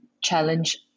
challenge